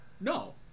No